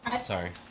Sorry